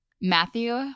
Matthew